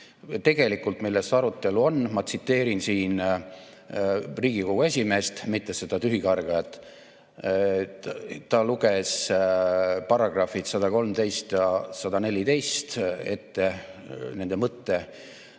Tegelikult, milles arutelu on? Ma tsiteerin siin Riigikogu esimeest, mitte seda tühikargajat. Ta luges ette §‑d 113 ja 114, nende mõtte